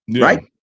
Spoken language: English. Right